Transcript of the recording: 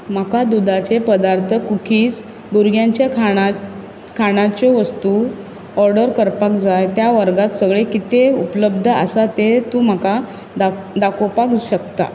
म्हाका दुदाचे पदार्थ कुकीज भुरग्यांचे खाणा खाणाच्यो वस्तू ऑर्डर करपाक जाय त्या वर्गांत सगळें कितें उपलब्ध आसा तें तूं म्हाका दाख दाखोवपाक शकता